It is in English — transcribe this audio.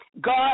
God